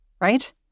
right